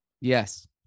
Yes